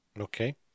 Okay